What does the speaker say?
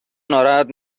ناراحت